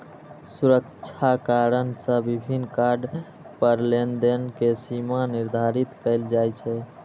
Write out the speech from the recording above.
सुरक्षा कारण सं विभिन्न कार्ड पर लेनदेन के सीमा निर्धारित कैल जाइ छै